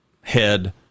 head